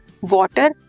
water